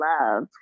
love